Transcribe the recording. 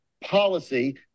policy